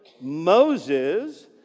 Moses